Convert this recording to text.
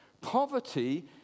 Poverty